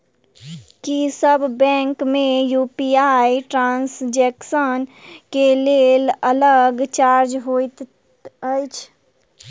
की सब बैंक मे UPI transaction केँ लेल अलग चार्ज होइत अछि?